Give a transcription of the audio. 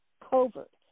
covert